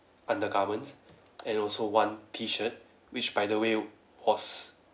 undergarments and also one T shirt which by the way was